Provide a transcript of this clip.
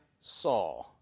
saw